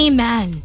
Amen